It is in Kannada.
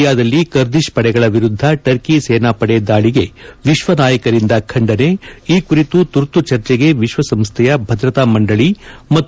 ಸಿರಿಯಾದಲ್ಲಿ ಕರ್ದಿಶ್ ಪಡೆಗಳ ವಿರುದ್ಧ ಟರ್ಕಿ ಸೇನಾಪಡೆ ದಾಳಿಗೆ ವಿಶ್ವ ನಾಯಕರಿಂದ ಖಂಡನೆ ಈ ಕುರಿತು ತುರ್ತು ಚರ್ಚೆಗೆ ವಿಶ್ವಸಂಸ್ಥೆಯ ಭದ್ರತಾ ಮಂಡಳಿ ಮತ್ತು ಅರಬ್ ಒಕ್ಕೂಟದ ಸಭೆ